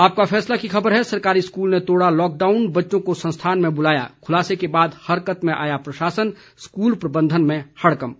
आपका फैसला की खबर है सरकारी स्कूल ने तोड़ा लॉकडाउन बच्चों को संस्थान में बुलाया खुलासे के बाद हरकत में आया प्रशासन स्कूल प्रबंधन में हड़कंप